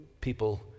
people